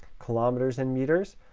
kilometers and meters,